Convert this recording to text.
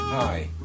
Hi